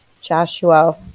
Joshua